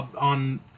on